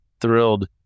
thrilled